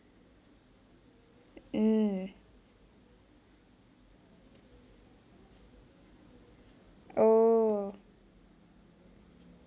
mm oh